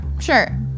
sure